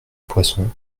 poisson